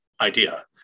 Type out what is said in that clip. idea